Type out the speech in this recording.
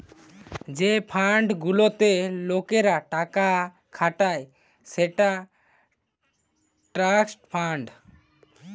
যে ফান্ড গুলাতে লোকরা টাকা খাটায় সেটা ট্রাস্ট ফান্ড